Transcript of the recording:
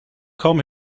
come